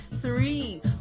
Three